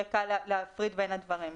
שיהיה קל להפריד בין הדברים.